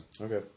Okay